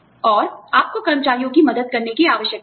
और आपको कर्मचारियों की मदद करने की आवश्यकता है